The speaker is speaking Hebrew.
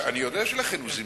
אני יודע שלכן הוא זמזם.